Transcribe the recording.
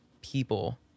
people